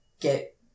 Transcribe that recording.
get